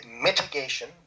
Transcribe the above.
mitigation